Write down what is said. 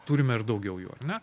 turime ir daugiau jų ar ne